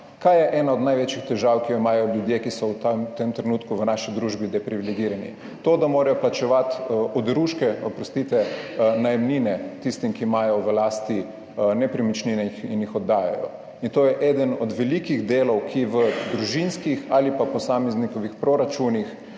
Kaj je ena od največjih težav, ki jo imajo ljudje, ki so v tem trenutku v naši družbi depriviligirani? To, da morajo plačevati oderuške najemnine, oprostite, tistim, ki imajo v lasti nepremičnine in jih oddajajo. In to je eden od velikih delov, ki v družinskih ali pa posameznikovih proračunih